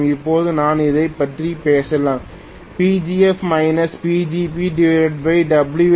இப்போது நான் இதைப் பற்றி பேசலாம் Pgf PgbsTorque